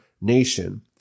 nation